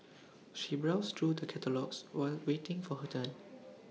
she browsed through the catalogues while waiting for her turn